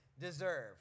deserve